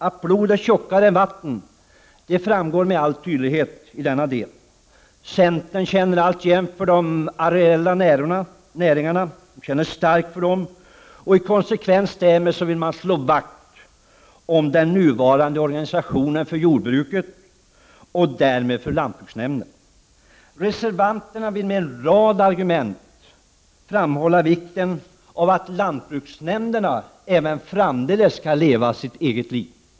Att blod är tjockare än vatten framgår med all tydlighet i denna del. Centern känner alltjämt starkt för de areella näringarna, och i konsekvens därmed vill man slå vakt om den nuvarande organisationen för jordbruket och därmed för lantbruksnämnderna. Reservanterna vill med en rad argument framhålla vikten av att lantbruksnämnderna även framdeles skall leva sitt eget liv.